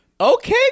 okay